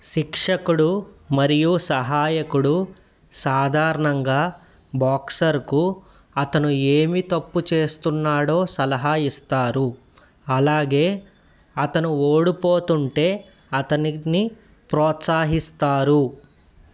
శిక్షకుడు మరియు సహాయకుడు సాధారణంగా బాక్సర్కి అతను ఏం తప్పు చేస్తున్నాడో సలహా ఇస్తారు అలాగే అతను ఓడిపోతుంటే అతనిని ప్రోత్సహిస్తారు